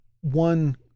one